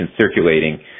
circulating